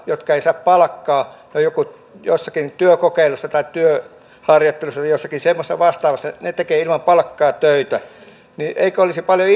jotka eivät saa palkkaa he ovat joko jossakin työkokeilussa tai työharjoittelussa jossakin semmoisessa vastaavassa he tekevät ilman palkkaa töitä eikö olisi paljon